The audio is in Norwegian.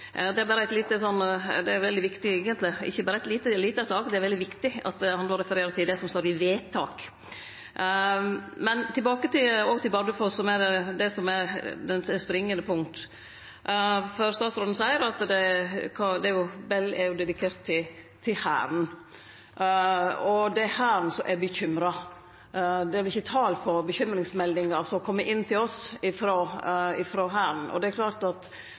Det er eigentleg veldig viktig, og ikkje berre ei lita sak, at han refererer til det som står i vedtak. Tilbake til Bardufoss, som er det springande punktet, for statsråden seier at Bell-helikoptra er dedikerte Hæren, og det er Hæren som er bekymra. Det er ikkje tal på dei bekymringsmeldingane som kjem inn til oss frå Hæren, og det er klart at